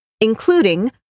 including